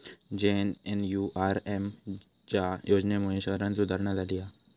JNNURM च्या योजनेमुळे शहरांत सुधारणा झाली हा